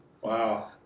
Wow